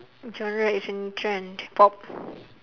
genre is in trend pop